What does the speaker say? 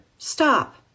Stop